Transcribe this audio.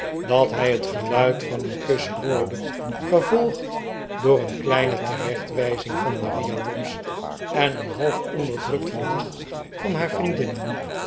dat hij het geluid van een kus hoorde gevolgd door een kleine terechtwijzing van maria lobbs en een half onderdrukt gelach van haar vriendinnen